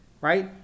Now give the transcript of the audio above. right